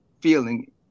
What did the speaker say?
feeling